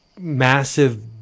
massive